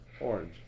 Orange